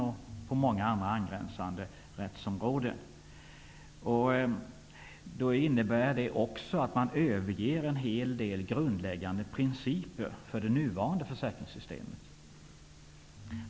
Även många andra angränsande rättsområden skulle beröras. Det innebär också att man överger en hel del grundläggande principer för det nuvarande försäkringssystemet.